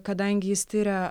kadangi jis tiria